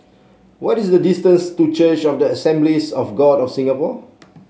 what is the distance to Church of the Assemblies of God of Singapore